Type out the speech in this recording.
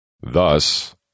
Thus